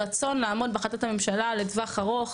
רצון לעמוד בהחלטת הממשלה לטווח ארוך,